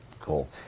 Cool